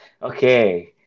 Okay